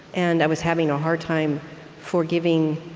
and i was having a hard time forgiving